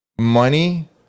money